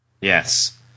Yes